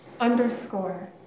underscore